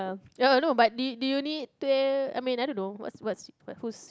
uh no but do you do you need to I mean I don't know what's what's what who's